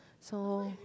so